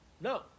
no